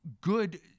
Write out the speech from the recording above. good